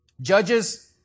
Judges